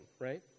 right